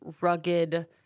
rugged